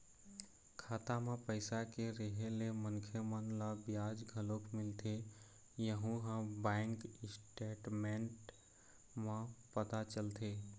खाता म पइसा के रेहे ले मनखे मन ल बियाज घलोक मिलथे यहूँ ह बैंक स्टेटमेंट म पता चलथे